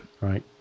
right